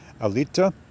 Alita